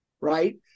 right